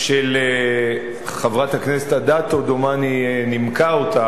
שחברת הכנסת אדטו, דומני, נימקה אותה,